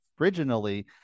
originally